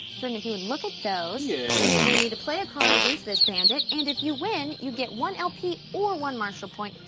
jordan if you would look at those. yes. yeah and you're gonna need to play a card against this bandit, and if you win, you get one lp or one marshal point,